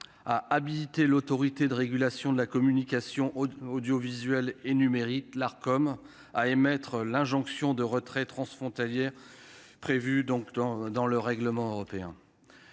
à habiliter l'Autorité de régulation de la communication audiovisuelle et numérique, l'art comme à émettre l'injonction de retrait transfrontalière prévu donc dans dans le règlement européen,